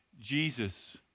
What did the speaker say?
Jesus